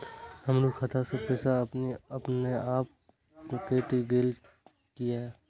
हमरो खाता से पैसा अपने अपनायल केट गेल किया?